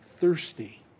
thirsty